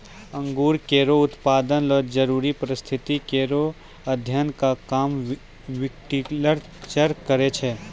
अंगूर केरो उत्पादन ल जरूरी परिस्थिति केरो अध्ययन क काम विटिकलचर करै छै